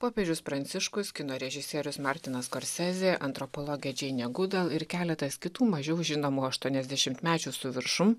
popiežius pranciškus kino režisierius martinas skorcezė antropologė džeinė gudal ir keletas kitų mažiau žinomų aštuoniasdešimtmečių su viršum